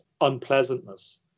unpleasantness